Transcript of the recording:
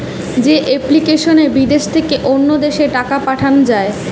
যে এপ্লিকেশনে বিদেশ থেকে অন্য দেশে টাকা পাঠান যায়